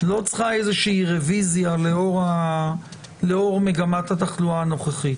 לא צריכה רביזיה לאור מגמת התחלואה הנוכחית?